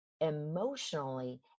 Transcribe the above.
Emotionally